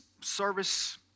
service